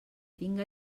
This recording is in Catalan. tinga